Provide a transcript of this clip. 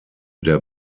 der